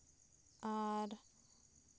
ᱟᱨ